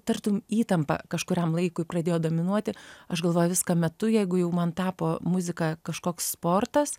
tartum įtampa kažkuriam laikui pradėjo dominuoti aš galvojau viską metu jeigu jau man tapo muzika kažkoks sportas